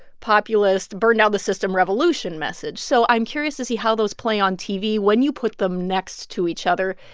populist burn-down-the-system, revolution message so i'm curious to see how those play on tv when you put them next to each other,